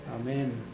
Amen